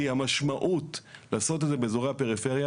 כי המשמעות לעשות את זה באזורי הפריפריה